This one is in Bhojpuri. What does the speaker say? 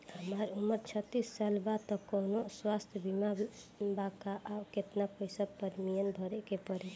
हमार उम्र छत्तिस साल बा त कौनों स्वास्थ्य बीमा बा का आ केतना पईसा प्रीमियम भरे के पड़ी?